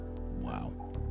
Wow